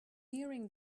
nearing